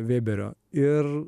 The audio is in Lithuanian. vėberio ir